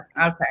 Okay